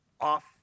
off